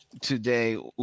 today